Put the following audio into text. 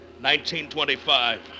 1925